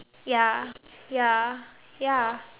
ya ya ya